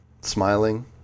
smiling